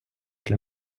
для